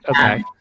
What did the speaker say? Okay